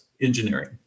Engineering